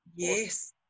Yes